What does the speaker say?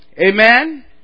Amen